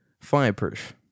Fireproof